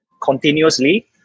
continuously